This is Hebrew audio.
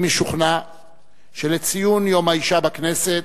אני משוכנע שלציון יום האשה בכנסת,